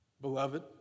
beloved